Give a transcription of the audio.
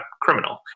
criminal